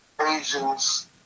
Asians